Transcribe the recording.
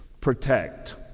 protect